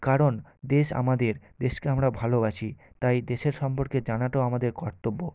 কারণ দেশ আমাদের দেশকে আমরা ভালোবাসি তাই দেশের সম্পর্কে জানাটাও আমাদের কর্তব্য